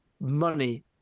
money